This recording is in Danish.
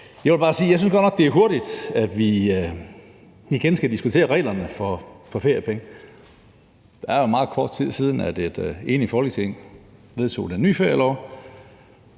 nok synes, det er hurtigt, at vi igen skal diskutere reglerne for feriepenge. Det er jo meget kort tid siden, at et enigt Folketing vedtog den nye ferielov,